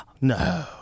No